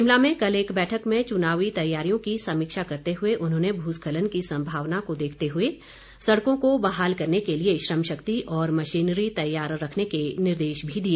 शिमला में कल एक बैठक में चुनावी तैयारियों की समीक्षा करते हुए उन्होंने भूस्खलन की संभावना को देखते हुए सड़कों को बहाल करने के लिए श्रमशक्ति और मशीनरी तैयार रखने के निर्देश भी दिए